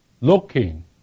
looking